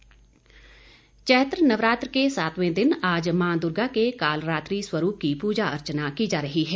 नवरात्र चैत्र नवरात्र के सातवें दिन आज माँ दुर्गा के कालरात्रि स्वरूप की पूजा अर्चना की जा रही है